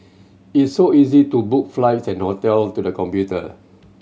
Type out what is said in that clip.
is so easy to book flights and hotel to the computer